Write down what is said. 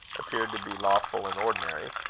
appeared to be lawful and ordinary,